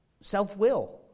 self-will